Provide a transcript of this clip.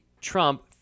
Trump